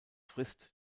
frist